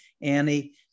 Annie